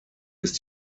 ist